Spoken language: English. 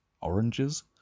Oranges